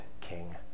king